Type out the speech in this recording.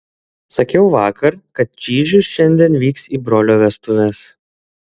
sakiau vakar kad čyžius šiandien vyks į brolio vestuves